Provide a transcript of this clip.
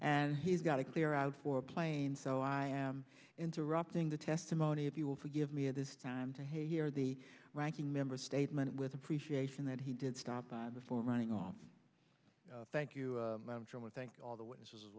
and he's got to clear out for a plane so i am interrupting the testimony if you will forgive me it is time to hear the ranking member statement with appreciation that he did stop by the running on thank you i'm trying to thank all the witness